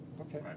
Okay